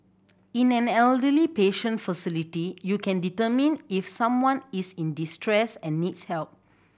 in an elderly patient facility you can determine if someone is in distress and needs help